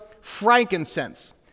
frankincense